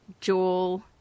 Joel